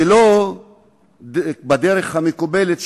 ולא בדרך המקובלת,